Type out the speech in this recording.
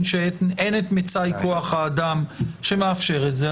שאין את מצאי כוח האדם שמאפשר את זה.